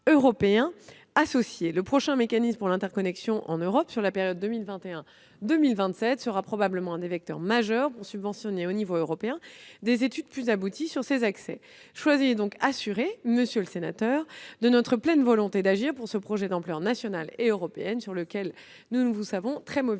associés. Le prochain mécanisme pour l'interconnexion en Europe pour la période 2021-2027 sera probablement un des vecteurs majeurs pour subventionner, au niveau européen, des études plus abouties sur ces accès. Soyez ainsi assuré, monsieur le sénateur, de notre pleine volonté d'agir pour ce projet d'ampleur nationale et européenne sur lequel nous vous savons très mobilisé,